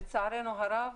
לצערנו הרב,